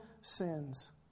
sins